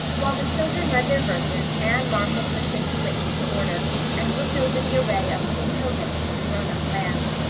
while the children read their verses anne marshalled her shaky wits into order and looked over the array of little pilgrims to the grownup land.